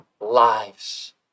lives